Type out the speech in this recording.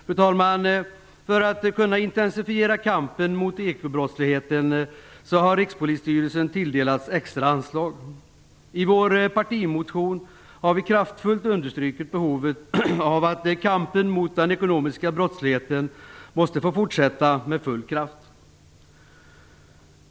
Fru talman! För att kunna intensifiera kampen mot ekobrottsligheten har Rikspolisstyrelsen tilldelats extra anslag. I vår partimotion har vi kraftfullt understrukit behovet av att kampen mot den ekonomiska brottsligheten får fortsätta med full kraft.